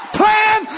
plan